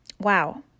Wow